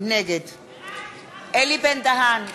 נגד אלי בן-דהן,